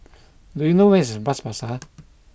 do you know where is Bras Basah